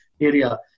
area